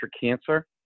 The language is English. cancer